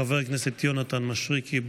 חבר הכנסת יונתן מישרקי.